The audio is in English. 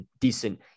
decent